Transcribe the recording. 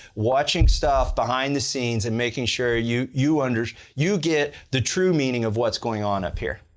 watching stuff behind the scenes, and making sure you you under you get the true meaning of what's going on up here.